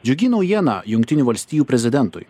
džiugi naujiena jungtinių valstijų prezidentui